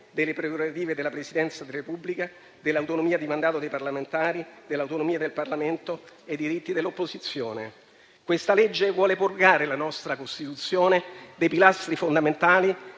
delle prerogative della Presidenza della Repubblica, dell'autonomia di mandato dei parlamentari, dell'autonomia del Parlamento e dei diritti dell'opposizione. Questo disegno di legge vuole purgare la nostra Costituzione dei pilastri fondamentali